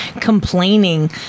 complaining